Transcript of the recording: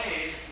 ways